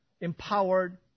empowered